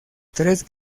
tres